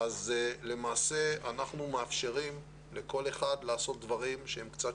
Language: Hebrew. למעשה אנחנו מאפשרים לכל אחד לעשות דברים שהם קצת